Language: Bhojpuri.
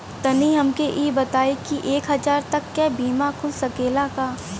तनि हमके इ बताईं की एक हजार तक क बीमा खुल सकेला का?